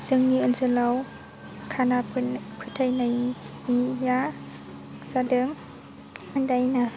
जोंनि ओनसोलाव खाना फोथायनाया जादों दाइना